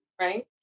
right